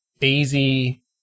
easy